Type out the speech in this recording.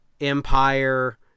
Empire